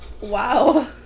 Wow